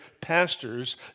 pastors